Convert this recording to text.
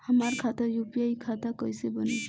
हमार खाता यू.पी.आई खाता कईसे बनी?